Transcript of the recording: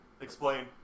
Explain